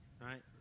Right